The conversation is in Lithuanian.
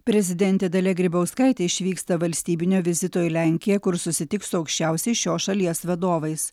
prezidentė dalia grybauskaitė išvyksta valstybinio vizito į lenkiją kur susitiks su aukščiausiais šios šalies vadovais